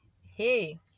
Hey